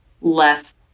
less